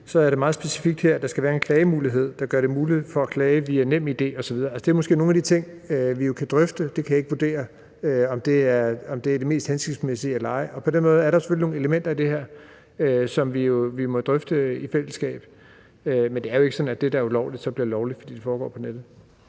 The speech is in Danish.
meget specifikt her, at der skal være en klagemulighed, der gør det muligt at klage via NemID videre, og det er måske nogle af de ting, vi kan drøfte. Jeg kan ikke vurdere, om det er det mest hensigtsmæssige eller ej, men på den måde er der selvfølgelig nogle elementer i det her, som vi må drøfte i fællesskab. Men det er jo ikke sådan, at det, der er ulovligt, bliver lovligt, fordi det foregår på nettet.